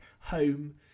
home